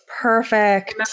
Perfect